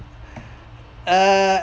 uh